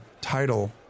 title